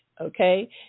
okay